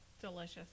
Delicious